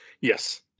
Yes